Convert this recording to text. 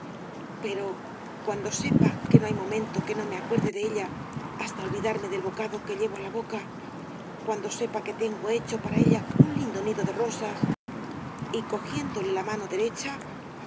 pero cuando sepa que no hay momento que no me acuerde de ella hasta olvidarme del bocado que llevo á la boca cuando sepa que tengo hecho para ella un lindo nido de rosas y cogiéndole la mano derecha